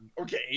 okay